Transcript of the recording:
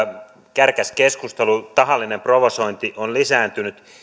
kärkäs keskustelu tahallinen provosointi on lisääntynyt